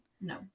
No